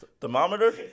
Thermometer